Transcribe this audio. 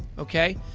okay,